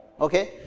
Okay